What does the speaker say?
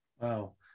Wow